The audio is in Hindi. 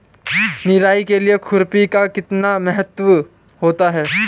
निराई के लिए खुरपी का कितना महत्व होता है?